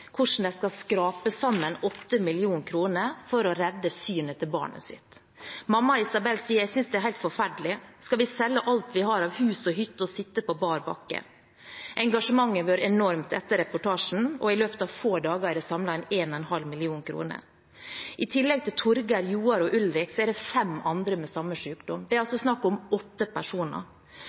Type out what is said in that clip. hvordan de skal skrape sammen 8 mill. kr for å redde synet til barnet sitt. Mamma Isabell sier: «Jeg synes det er helt forferdelig. Skal vi selge alt vi har av hus og hytte, og sitte på bar bakke ?» Engasjementet har vært enormt etter reportasjen, og i løpet av få dager er det samlet inn 1,5 mill. kr. I tillegg til Torger, Joar og Ulrik er det fem andre med samme sykdom. Det er altså snakk om åtte personer.